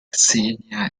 xenia